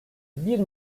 bir